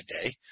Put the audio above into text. today